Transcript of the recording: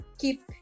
Keep